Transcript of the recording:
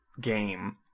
game